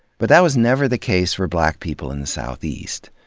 but that was never the case for black people in the southeast.